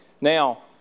Now